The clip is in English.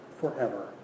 forever